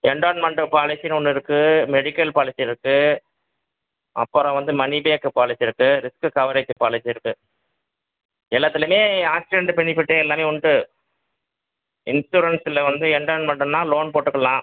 endowment பாலிசின்னு ஒன்று இருக்கு மெடிக்கல் பாலிசி இருக்கு அப்புறம் வந்து மணிபேக்கு பாலிசி இருக்கு ரிஸ்க்கு கவரேஜ்ஜு பாலிசி இருக்கு எல்லாத்துலையுமே ஆக்சிடெண்டு பெனிஃபிட்டு எல்லாமே உண்டு இன்சூரன்ஸில் வந்து என்டோன்மெண்டுனா லோன் போட்டுக்கலாம்